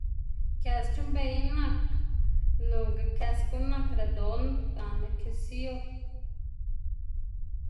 Kës c̲h̲uꞌnnbeyná nak nonga kës guꞌn nak redond gana quesillo.